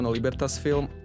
Libertasfilm